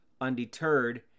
Undeterred